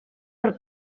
per